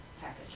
package